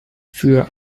für